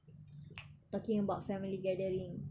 talking about family gathering